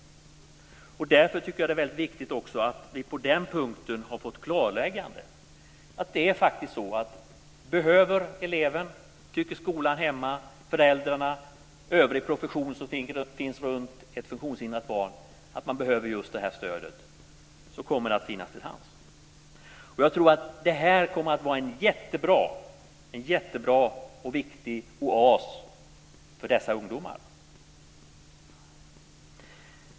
Därför tycker jag att det är väldigt viktigt att vi på den punkten fått klarläggande. Tycker skolan hemma, föräldrarna och övrig profession som finns kring ett funktionshindrat barn att eleven behöver just det stödet kommer det att finnas till hands. Det kommer att vara en jättebra och viktig oas för dessa ungdomar.